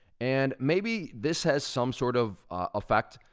and maybe this has some sort of effect,